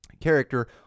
character